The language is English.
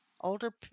older